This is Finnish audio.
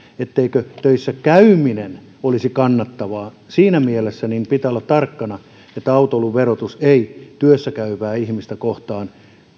ettei töissä käyminen olisi kannattavaa siinä mielessä pitää olla tarkkana että autoilun verotus ei työssä käyvää ihmistä kohtaan